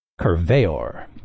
Curveyor